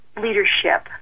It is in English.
leadership